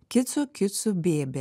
kicu kicu bė bė